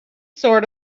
sort